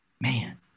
man